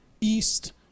East